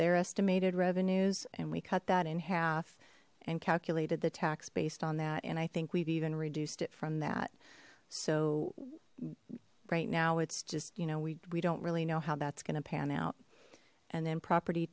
their estimated revenues and we cut that in half and calculated the tax based on that and i think we've even reduced it from that so right now it's just you know we don't really know how that's going to pan out and then property